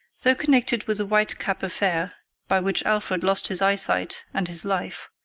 though connected with the white-cap affair by which alfred lost his eyesight and his life,